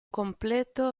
completo